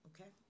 okay